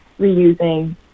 reusing